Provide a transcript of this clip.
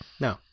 no